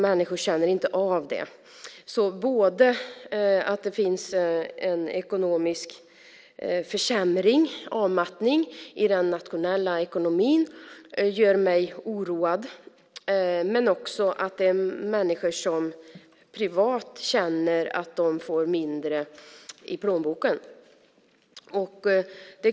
Människor känner inte av detta. Det sker en försämring, avmattning, i den nationella ekonomin, och det gör mig oroad. Men människor känner också att de privat får mindre i plånboken.